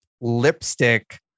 lipstick